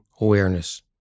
awareness